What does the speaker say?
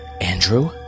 Andrew